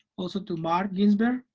also to mark ginsberg,